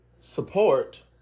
support